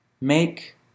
make